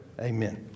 Amen